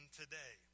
today